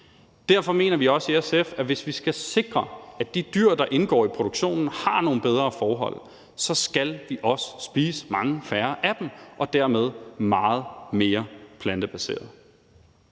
Derfor mener vi også i SF, at hvis vi skal sikre, at de dyr, der indgår i produktionen, har nogle bedre forhold, så skal vi også spise langt færre af dem og dermed meget mere plantebaseret.